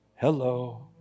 Hello